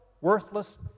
worthless